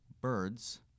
birds